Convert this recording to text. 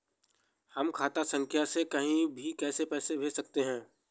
हम खाता संख्या से कहीं भी पैसे कैसे भेज सकते हैं?